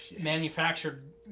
manufactured